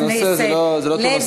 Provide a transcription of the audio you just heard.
הנושא הזה זה לא אותו נושא.